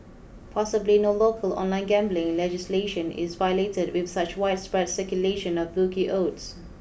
possibly no local online gambling legislation is violated with such widespread circulation of bookie odds